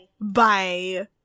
Bye